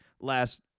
last